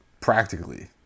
practically